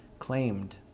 claimed